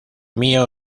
mío